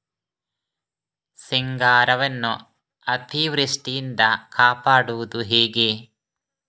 ಸಿಂಗಾರವನ್ನು ಅತೀವೃಷ್ಟಿಯಿಂದ ಕಾಪಾಡುವುದು ಹೇಗೆ?